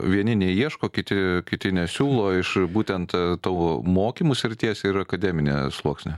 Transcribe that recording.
vieni neieško kiti kiti nesiūlo iš būtent tavo mokymų srities ir akademinio sluoksnio